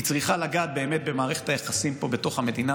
היא צריכה לגעת באמת במערכת היחסים פה בתוך המדינה,